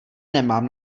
nemám